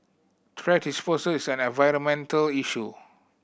thrash disposal is an environmental issue